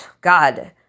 God